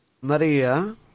Maria